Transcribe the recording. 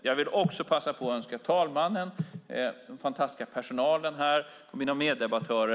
Jag önskar talmannen, den fantastiska personalen och mina meddebattörer en glad midsommar och sommar.